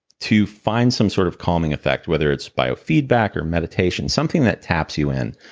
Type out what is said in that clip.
to find some sort of calming effect, whether it's biofeedback or meditation. something that taps you in.